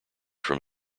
from